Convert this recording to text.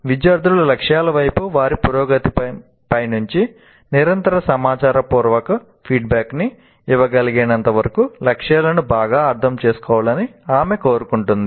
విద్యార్థులు లక్ష్యాల వైపు వారి పురోగతిపై మంచి నిరంతర సమాచారపూర్వక ఫీడ్ బ్యాక్ న్ని ఇవ్వగలిగేంతవరకు లక్ష్యాలను బాగా అర్థం చేసుకోవాలని ఆమె కోరుకుంటుంది